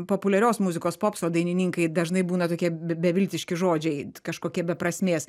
populiarios muzikos popso dainininkai dažnai būna tokie beviltiški žodžiai kažkokie be prasmės